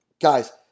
Guys